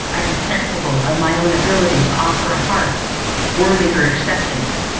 i am sensible of my own inability to offer a heart worthy her acceptance,